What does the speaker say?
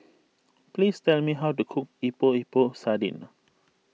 please tell me how to cook Epok Epok Sardin